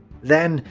then,